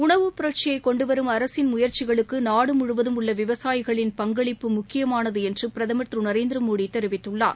உணவுப் புரட்சியைகொண்டுவரும் அரசின் முயற்சிகளுக்குநாடுமுழுவதும் உள்ளவிவசாயிகளின் பங்களிப்பு முக்கியமானதுஎன்றுபிரதமர் திருநரேந்திரமோடிதெரிவித்துள்ளார்